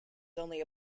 only